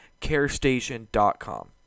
carestation.com